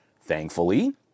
Thankfully